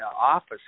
office